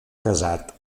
casat